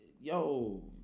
yo